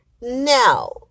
Now